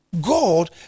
God